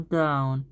down